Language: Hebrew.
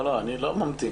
לא, אני לא ממתין.